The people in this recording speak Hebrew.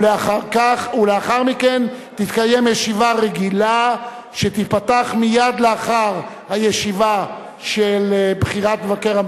ולאחר מכן תתקיים ישיבה רגילה שתיפתח מייד לאחר הישיבה של בחירת מבקר